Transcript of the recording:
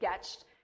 sketched